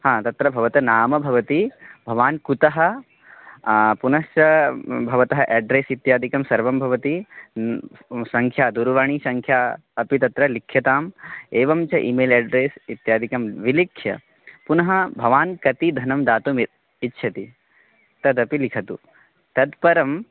तत्र भवतः नाम भवति भवान् कुतः पुनश्च भवतः एड्रेस् इत्यादिकं सर्वं भवति न सङ्ख्या दूरवाणीसङ्ख्या अपि लिख्यताम् एवं च ई मेल् एड्रेस् इत्यादिकं विलिख्य पुनः भवान् कति धनं दातुं य् इच्छति तदपि लिखतु ततः परं